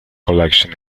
collection